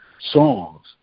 songs